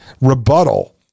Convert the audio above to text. rebuttal